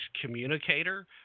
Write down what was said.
communicator